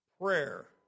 prayer